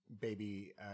baby –